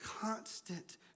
constant